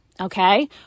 okay